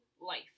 life